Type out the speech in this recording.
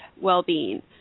well-being